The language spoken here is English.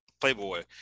Playboy